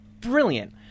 brilliant